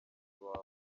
umukunzi